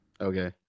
Okay